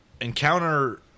encounter